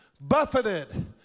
buffeted